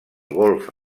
golf